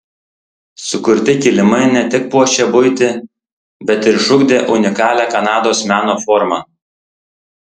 sukurti kilimai ne tik puošė buitį bet ir išugdė unikalią kanados meno formą